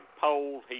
poll